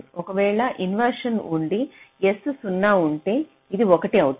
ఒకవేళ ఇన్వర్షన్ ఉండి S 0 ఉంటే ఇది 1 అవుతుంది